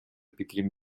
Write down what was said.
пикирин